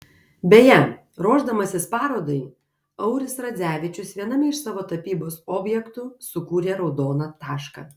beje ruošdamasis parodai auris radzevičius viename iš savo tapybos objektų sukūrė raudoną tašką